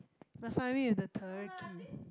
must find me with the turkey